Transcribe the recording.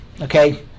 okay